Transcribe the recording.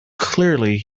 clearly